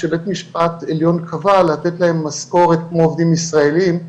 כשבית המשפט העליון קבע לתת להם משכורת כמו עובדים ישראליים,